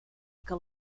que